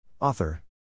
Author